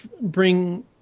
bring